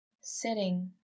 sitting